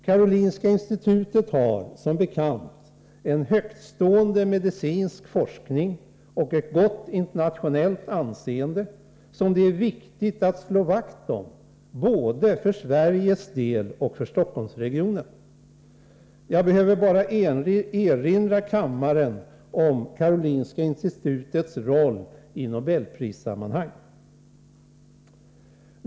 Karolinska institutet har, som bekant, en högtstående medicinsk forskning och ett gott internationellt anseende, som det är viktigt att slå vakt om både för Sveriges del och för Stockholmsregionen. Jag behöver bara erinra kammaren om Karolinska institutets roll i nobelprissammanhang.